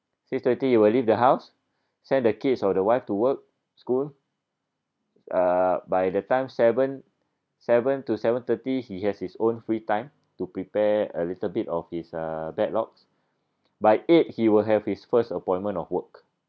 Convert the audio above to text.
six twenty he will leave the house send the kids or the wife to work school uh by the time seven seven to seven thirty he has his own free time to prepare a little bit of his uh backlogs by eight he will have his first appointment of work